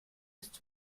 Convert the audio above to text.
ist